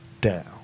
down